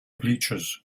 bleachers